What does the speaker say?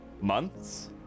months